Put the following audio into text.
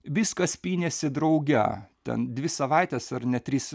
viskas pynėsi drauge ten dvi savaites ar net tris